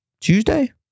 Tuesday